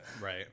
Right